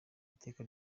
iteka